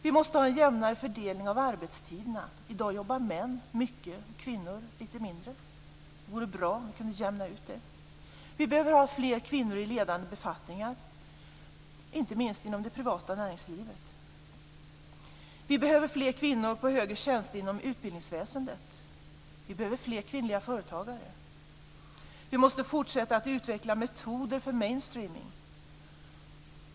· Vi måste ha en jämnare fördelning av arbetstiderna. I dag jobbar män mycket och kvinnor lite mindre. Det vore bra om vi kunde jämna ut det. · Vi behöver ha fler kvinnor i ledande befattningar, inte minst inom det privata näringslivet. · Vi behöver fler kvinnor på högre tjänster inom utbildningsväsendet. · Vi behöver fler kvinnliga företagare. · Vi måste fortsätta att utveckla metoder för mainstreaming.